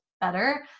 better